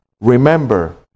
remember